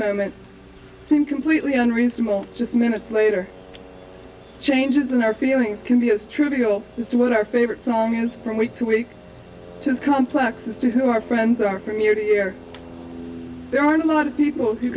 moment seem completely unreasonable just minutes later changes in our feelings can be as trivial as to what our favorite song is from week to week just complex as to who our friends are from year to year there aren't a lot of people you